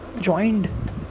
joined